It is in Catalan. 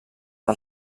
del